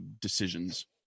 decisions